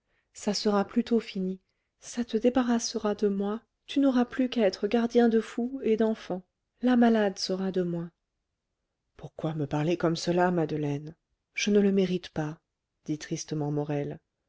ça sera plus tôt fini ça te débarrassera de moi tu n'auras plus qu'à être gardien de fou et d'enfants la malade sera de moins pourquoi me parler comme cela madeleine je ne le mérite pas dit tristement morel